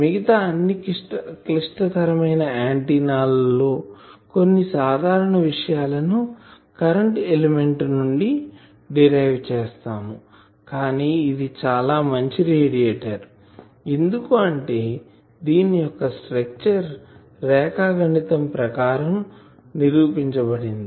మిగతా అన్ని క్లిష్టతరమైన ఆంటిన్నా లలో కొన్ని సాధారణ విషయాలు ను కరెంటు ఎలిమెంట్ నుండి డీరైవ్ చేసాము కానీ ఇది చాలా మంచి రేడియేటర్ ఎందుకు అంటే దీని యొక్క స్ట్రక్చర్ రేఖాగణితం ప్రకారం ఇది నిరూపించబడింది